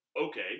okay